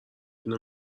دونه